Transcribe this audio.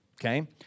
Okay